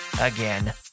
again